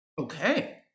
Okay